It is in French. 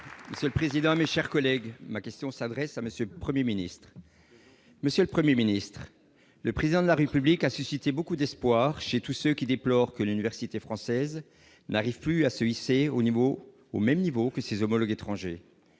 Monsieur le président, mes chers collègues, ma question s'adresse à M. le Premier ministre. Monsieur le Premier ministre, le Président de la République a suscité beaucoup d'espoir chez tous ceux qui déplorent que l'université française n'arrive plus à se hisser au même niveau que ses homologues à l'étranger.